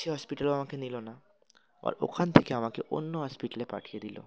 সে হসপিটালও আমাকে নিলো না আর ওখান থেকে আমাকে অন্য হসপিটালে পাঠিয়ে দিলো